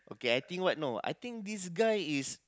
okay I think what know I think this guy is